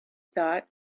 thought